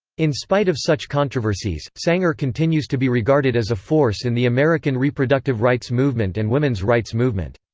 in spite of such controversies, sanger continues to be regarded as a force in the american reproductive rights movement and women's rights movement.